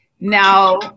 Now